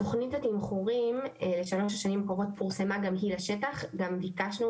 תוכנית התימחורים לשלוש השנים הקרובות פורסמה גם היא לשטח וגם ביקשנו